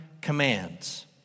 commands